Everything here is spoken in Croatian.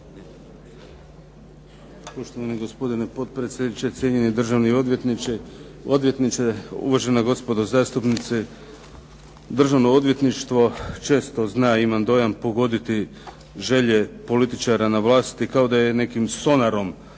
cijenjeni državni odvjetniče, uvažena gospodo zastupnici. Državno odvjetništvo često zna, imam dojam, pogoditi želje političara na vlasti, kao da je nekim sonarom